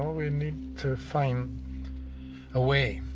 we need to find a way,